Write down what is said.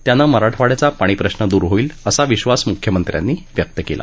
त्यानं मराठवाड्याचा पाणी प्रश्न दूर होईल असा विश्वास मुख्यमंत्र्यांनी व्यक्त कला